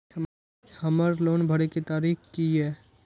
हमर लोन भरय के तारीख की ये?